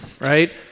right